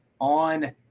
on